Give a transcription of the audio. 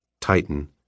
Titan